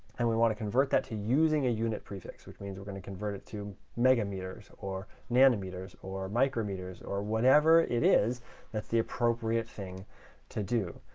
and we want to convert that to using a unit prefix, which means we're going to convert it to megameters, or nanometers, or micrometers, or whatever it is that's the appropriate thing to do.